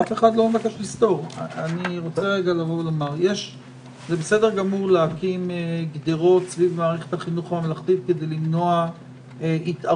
זה בסדר לשים גדרות סביב מערכת החינוך הממלכתית כדי למנוע התערבות.